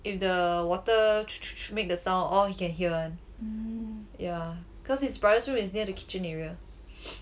if the water make the sound all he can hear [one] yeah cause his brother's room is near the kitchen area